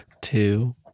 two